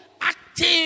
active